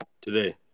Today